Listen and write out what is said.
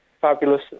fabulous